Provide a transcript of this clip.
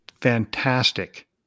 fantastic